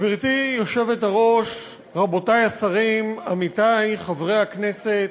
גברתי היושבת-ראש, רבותי השרים, עמיתי חברי הכנסת,